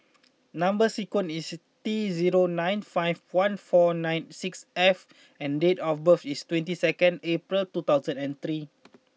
number sequence is T zero nine five one four nien six F and date of birth is twenty second April two thousand and three